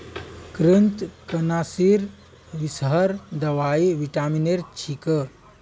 कृन्तकनाशीर विषहर दवाई विटामिनेर छिको